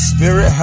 Spirit